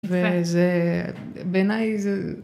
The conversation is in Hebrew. זה, זה, בעיניי זה...